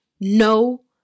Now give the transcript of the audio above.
No